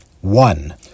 One